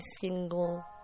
single